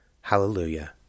Hallelujah